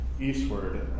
eastward